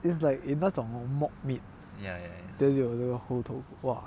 it's like in 那种 mock meat ya then 有 the 猴头菇 !wah!